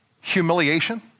humiliation